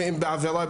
ואם בעבירה,